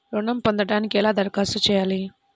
ఋణం పొందటానికి ఎలా దరఖాస్తు చేయాలి?